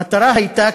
המטרה הייתה,